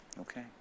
Okay